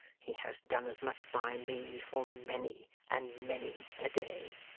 he has done as much by me, for many and many a day